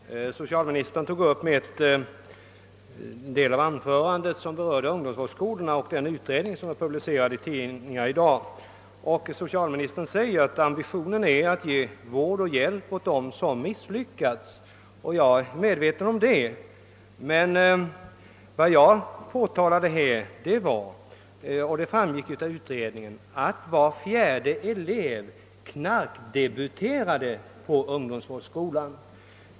Herr talman! Socialministern tog upp den del av mitt anförande som berörde ungdomsvårdsskolorna och den utredning som är publicerad i tidningarna i dag. Socialministern sade att ambitionen är att ge vård och hjälp åt dem som misslyckats. Jag är medveten om det, men vad jag här påtalade var — och det framgick av utredningen — att var fiärde elev knarkdebuterade på ungdomsvårdsskola.